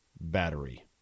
battery